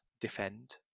defend